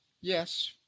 Yes